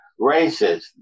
racist